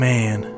Man